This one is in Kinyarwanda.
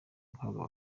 guhabwa